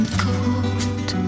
cold